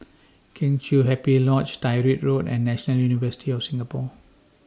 Kheng Chiu Happy Lodge Tyrwhitt Road and National University of Singapore